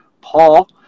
Paul